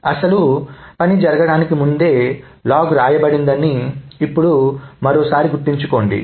అసలు పని జరగడానికి ముందే లాగ్ వ్రాయబడిందని ఇప్పుడు మరోసారి గుర్తుంచుకోండి